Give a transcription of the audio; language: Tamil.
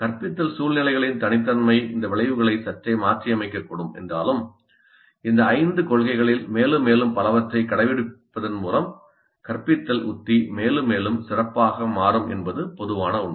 கற்பித்தல் சூழ்நிலைகளின் தனித்தன்மை இந்த விளைவுகளை சற்றே மாற்றியமைக்கக்கூடும் என்றாலும் இந்த ஐந்து கொள்கைகளில் மேலும் மேலும் பலவற்றைக் கடைப்பிடிப்பதன் மூலம் கற்பித்தல் உத்தி மேலும் மேலும் சிறப்பாக மாறும் என்பது பொதுவான உண்மை